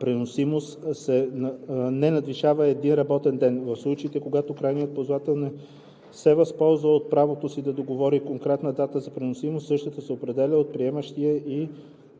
преносимост не надвишава един работен ден. В случаите, когато крайният ползвател не се възползва от правото си да договори конкретна дата на преносимост, същата се определя от приемащия и